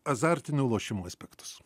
azartinių lošimų aspektus